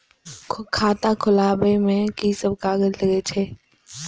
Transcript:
खाता खोलाअब में की सब कागज लगे छै?